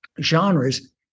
Genres